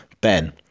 Ben